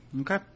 Okay